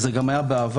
וזה גם היה בעבר.